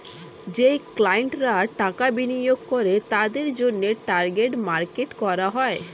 যেই ক্লায়েন্টরা টাকা বিনিয়োগ করে তাদের জন্যে টার্গেট মার্কেট করা হয়